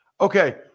Okay